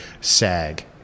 SAG